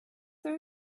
there